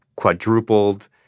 Quadrupled